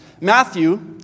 Matthew